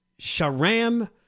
Sharam